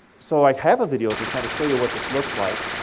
so i have a video to kind of show you what this looks like.